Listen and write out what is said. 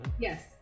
Yes